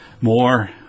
more